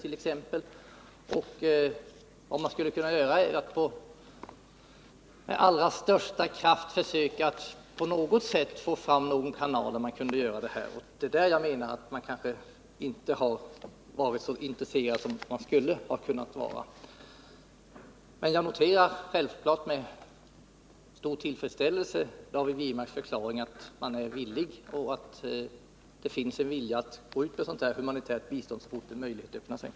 Vi måste med 39 Nr 49 största kraft försöka åstadkomma en kanal. I det avseendet anser jag att man inte har varit så intresserad som man kunde ha varit. Jag noterar självklart med stor tillfredsställelse David Wirmarks förklaring att det finns en vilja att ge humanitärt bistånd så fort en möjlighet öppnar